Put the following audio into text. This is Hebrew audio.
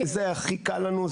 זה הכי קל לנו,